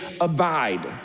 abide